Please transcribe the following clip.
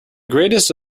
greatest